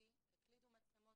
הפרטי --- מצלמות